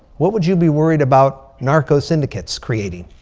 what would you be worried about anarco syndicates creating?